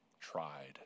tried